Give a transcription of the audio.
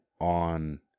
on